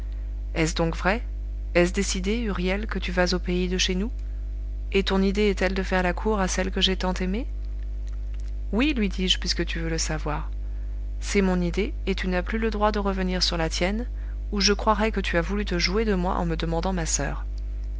est-ce donc vrai est-ce décidé huriel que tu vas au pays de chez nous et ton idée est-elle de faire la cour à celle que j'ai tant aimée oui lui dis-je puisque tu veux le savoir c'est mon idée et tu n'as plus le droit de revenir sur la tienne ou je croirais que tu as voulu te jouer de moi en me demandant ma soeur